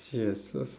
yes so